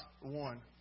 one